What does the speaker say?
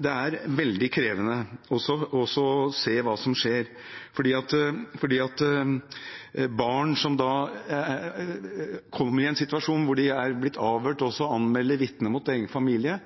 veldig krevende å se hva som skjer. Barn som da kommer i en situasjon der de er blitt avhørt, og som anmelder og vitner mot egen familie,